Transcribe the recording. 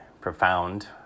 profound